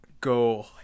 go